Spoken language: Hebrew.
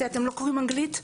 כי אתם לא קוראים אנגלית?